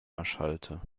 erschallte